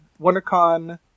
WonderCon